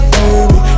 Baby